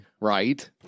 Right